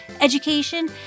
education